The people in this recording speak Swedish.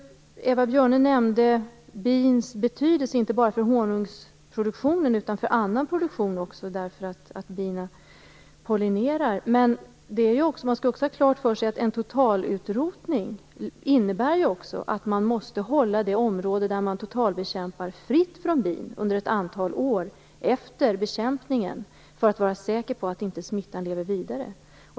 Eva Björne nämnde bins betydelse inte bara för honungsproduktionen utan också för annan produktion i och med att bina pollinerar. Man skall dock ha klart för sig att en total utrotning också innebär att det område där varroakvalstret totalbekämpas måste hållas fritt från bin under ett antal år efter bekämpningen för att säkerställa att smittan inte lever vidare.